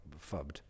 fubbed